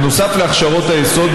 בנוסף להכשרות היסוד,